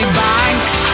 banks